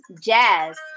Jazz